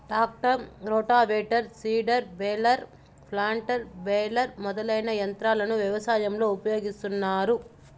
tractor, rotavator, seeder, baler, planter, baler మొదలైన యంత్రాలను వ్యవసాయంలో ఉపయోగిస్తాన్నారు